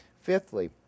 Fifthly